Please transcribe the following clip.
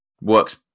works